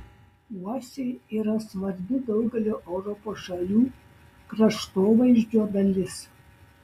uosiai yra svarbi daugelio europos šalių kraštovaizdžio dalis